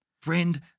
Friend